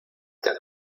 der